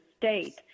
state